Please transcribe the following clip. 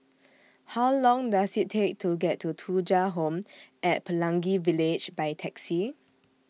How Long Does IT Take to get to Thuja Home At Pelangi Village By Taxi